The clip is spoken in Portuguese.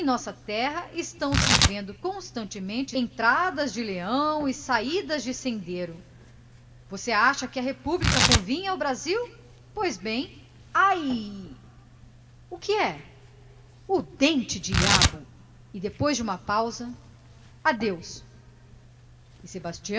nossa terra estão se vendo constantemente entradas de leão e saídas de sendeiro você acha que a república convinha ao brasil pois bem ai o que é o dente diabo e depois de uma pausa adeus